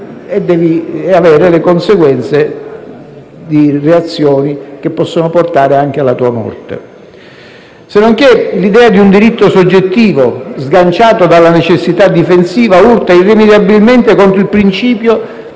e devi subire le conseguenze di reazioni che possono portare anche alla tua morte. Sennonché l'idea di un diritto soggettivo sganciato dalla necessità difensiva urta irrimediabilmente contro il principio